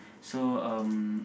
so um